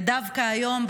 ודווקא היום,